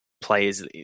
players